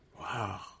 Wow